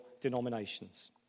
denominations